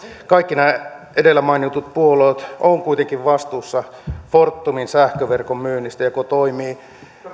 kaikki nämä edellä mainitut puolueet ovat kuitenkin vastuussa fortumin sähköverkon myynnistä joka toimii